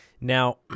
Now